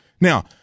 Now